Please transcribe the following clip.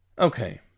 Okay